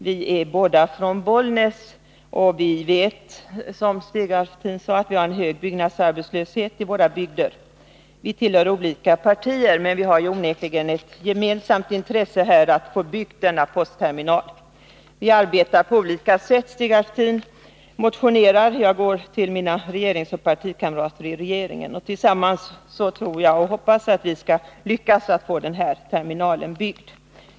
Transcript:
Vi är båda från Bollnäs och vet att byggarbetslösheten, som Stig Alftin sade, i våra bygder är hög. Vi tillhör olika partier men har onekligen ett gemensamt intresse av att denna postterminal byggs. Vi arbetar på olika sätt. Stig Alftin motionerar, medan jag går till mina partikamrater i regeringen. Jag hoppas att vi tillsammans "skall lyckas få denna terminal byggd.